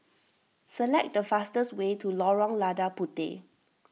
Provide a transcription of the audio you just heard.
select the fastest way to Lorong Lada Puteh